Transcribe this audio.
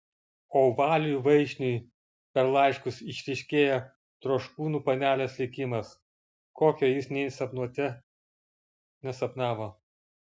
o valiui vaišniui per laiškus išryškėja troškūnų panelės likimas kokio jis nė sapnuote nesapnavo